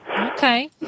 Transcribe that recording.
Okay